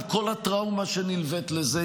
עם כל הטראומה שנלווית לזה,